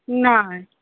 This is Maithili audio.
नहि